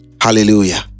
hallelujah